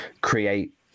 create